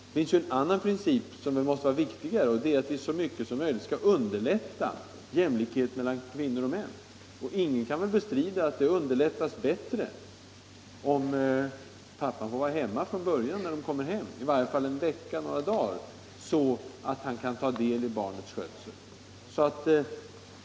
Det finns en annan princip som måste vara viktigare, att vi så mycket som möjligt skall underlätta en utveckling för jämlikhet mellan kvinnor och män. Ingen kan bestrida att den utvecklingen underlättas om pappan får vara hemma från början, i varje fall en vecka eller några dagar, så att han kan ta del i barnets skötsel.